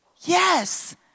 Yes